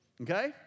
Okay